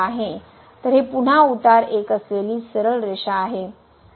तर हे पुन्हा उतार 1 असलेली सरळ रेशा आहे